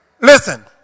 Listen